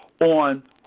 on